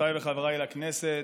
חברותיי וחבריי לכנסת,